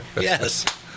Yes